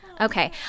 Okay